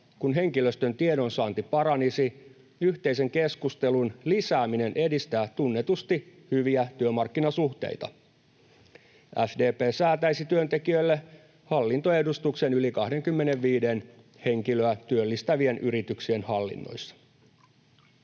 kun henkilöstön tiedonsaanti paranisi. Yhteisen keskustelun lisääminen edistää tunnetusti hyviä työmarkkinasuhteita. SDP säätäisi työntekijöille hallintoedustuksen yli 25 henkilöä työllistävien yrityksien hallinnoissa.